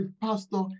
pastor